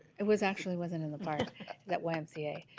it was actually wasn't in the park that one. um ca,